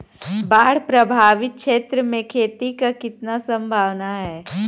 बाढ़ प्रभावित क्षेत्र में खेती क कितना सम्भावना हैं?